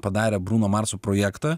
padarę bruno marso projektą